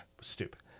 Stupid